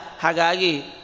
hagagi